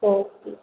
okay